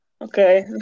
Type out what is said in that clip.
Okay